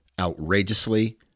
outrageously